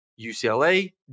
UCLA